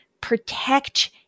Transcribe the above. Protect